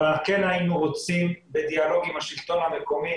אבל כן היינו רוצים בדיאלוג עם השלטון המקומי